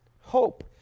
hope